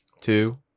two